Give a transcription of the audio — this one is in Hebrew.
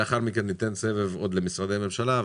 לאחר מכן ניתן סבב עוד למשרדי הממשלה,